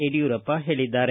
ಯಡಿಯೂರಪ್ಪ ಹೇಳಿದ್ದಾರೆ